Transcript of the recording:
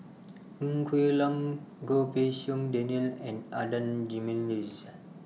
Ng Quee Lam Goh Pei Siong Daniel and Adan Jimenez